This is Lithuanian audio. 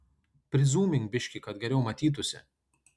prizūmink biškį kad geriau matytųsi